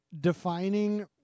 defining